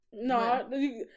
No